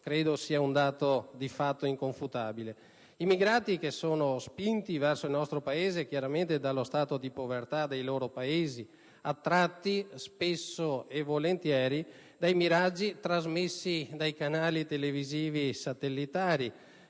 credo sia un dato di fatto inconfutabile. Gli immigrati sono spinti verso il nostro Paese dello stato di povertà dei Paesi di provenienza, attratti spesso e volentieri dai miraggi trasmessi dai canali televisivi satellitari.